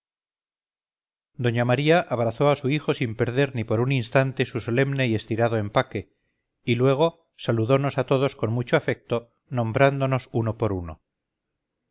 doña maría abrazó a su hijo sin perder ni por un instante su solemne y estirado empaque y luego saludonos a todos con mucho afecto nombrándonos uno por uno